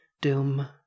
doom